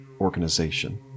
organization